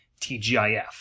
TGIF